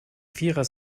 vierer